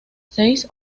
seis